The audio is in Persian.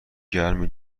گرمی